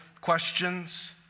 questions